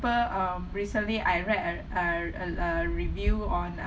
um recently I read a a a a review on